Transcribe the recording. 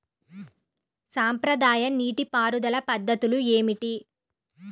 సాంప్రదాయ నీటి పారుదల పద్ధతులు ఏమిటి?